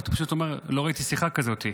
ואתה פשוט אומר: לא ראיתי שיחה כזאת.